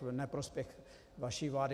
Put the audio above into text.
V neprospěch vaší vlády.